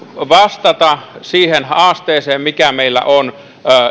vastata siihen haasteeseen mikä meillä on